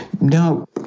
No